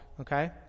okay